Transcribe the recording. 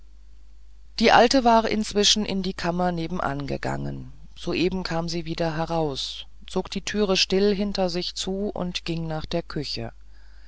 die alte war inzwischen in die kammer nebenan gegangen soeben kam sie wieder heraus zog die türe still hinter sich zu und ging nach der küche